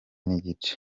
n’igice